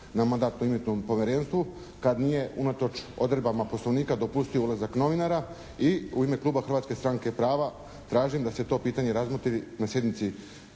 na Mandatno-imunitetnom povjerenstvu kad nije unatoč odredbama Poslovnika dopustio ulazak novinara. I u ime kluba Hrvatske stranke prava tražim da se to pitanje razmotri na sjednici